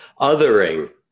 othering